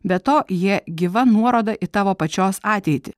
be to jie gyva nuoroda į tavo pačios ateitį